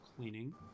cleaning